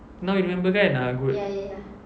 now you remember kan ah good